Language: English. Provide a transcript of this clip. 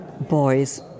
boys